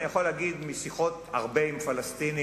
אני יכול להגיד מהרבה שיחות עם פלסטינים,